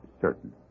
certain